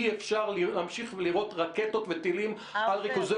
אי-אפשר להמשיך ולירות רקטות וטילים על ריכוזי